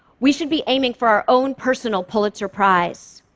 we should be aiming for our own personal pulitzer prize.